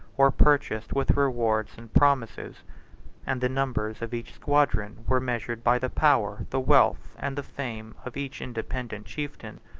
or purchased with rewards and promises and the numbers of each squadron were measured by the power, the wealth, and the fame, of each independent chieftain.